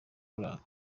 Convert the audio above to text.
imuranga